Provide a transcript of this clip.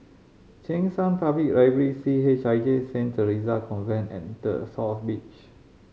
Cheng San Public Library C H I J Saint Theresa Convent and The South Beach